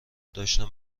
داشتم